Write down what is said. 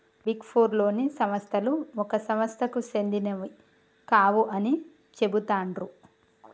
big four లోని సంస్థలు ఒక సంస్థకు సెందినవి కావు అని చెబుతాండ్రు